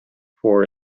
for